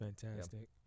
fantastic